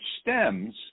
stems